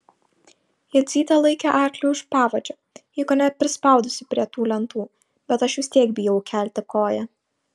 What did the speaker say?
jadzytė laikė arklį už pavadžio jį kone prispaudusi prie tų lentų bet aš vis tiek bijau kelti koją